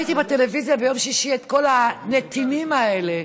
ראיתי בטלוויזיה ביום שישי את כל הנתינים האלה,